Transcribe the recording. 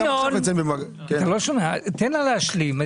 בבקשה, ינון, תן לה להשלים.